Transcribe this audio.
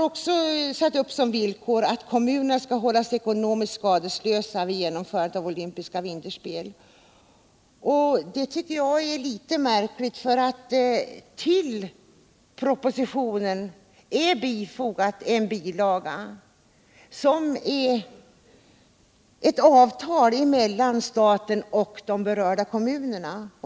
Det andra villkoret är att kommunerna skall hållas ckonomiskt skadeslösa vid genomförandet av olympiska vinterspel. Det tycker jag är något märkligt. Till proposizionen är fogad en bilaga. nämligen avtalet mellan staten och de berörda kommunerna.